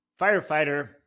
firefighter